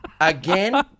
again